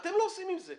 אבל אתם לא עושים את זה.